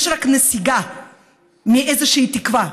יש רק נסיגה מאיזושהי תקווה.